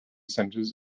centres